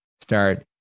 start